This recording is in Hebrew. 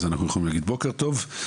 אז אנחנו יכולים להגיד בוקר טוב.